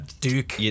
Duke